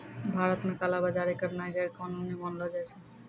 भारत मे काला बजारी करनाय गैरकानूनी मानलो जाय छै